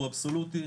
הוא אבסולוטי,